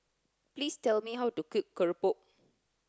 please tell me how to cook Keropok